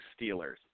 Steelers